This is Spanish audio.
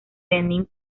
lenin